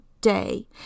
day